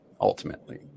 ultimately